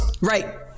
Right